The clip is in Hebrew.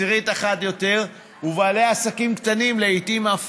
עשירית אחת יותר, ובעלי עסקים קטנים לעיתים אף